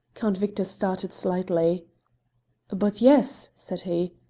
count victor started slightly but yes, said he,